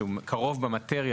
שהוא קרוב במאטריה.